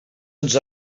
ens